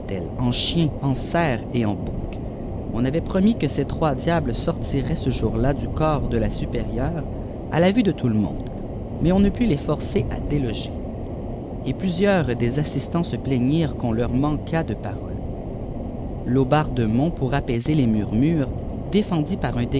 en chien en cerf et en bouc on avait promis que ces trois diables sortiraient ce jour-là du çorpde la supérieure à la vue de tout le monde mais on ne put les forcer à des logis et plusieurs des assistants se plaignirent quon leur manqnàt de paroles l pour apaiser les murmure défendit par im